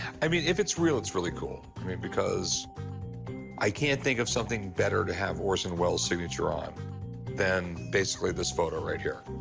i mean, if it's real, it's really cool. i mean, because i can't think of something better to have orson welles's signature on than basically this photo right here.